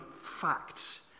facts